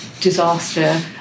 disaster